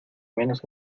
menos